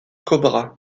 cobra